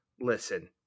listen